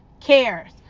cares